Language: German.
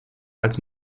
als